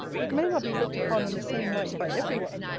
it may not be looked upon in the same light by every one.